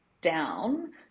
down